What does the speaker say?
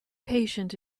patient